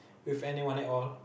with anyone at all